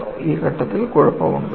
ഈ ഘട്ടത്തിൽ കുഴപ്പമുണ്ടോ